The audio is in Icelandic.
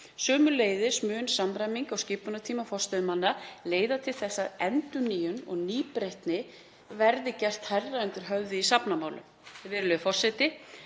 Sömuleiðis mun samræming á skipunartíma forstöðumanna leiða til þess að endurnýjun og nýbreytni verði gert hærra undir höfði í safnamálum. Virðulegur forseti.